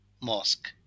mosque